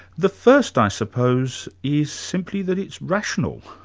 the first i suppose is simply that it's rational.